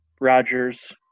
Rodgers